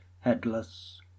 headless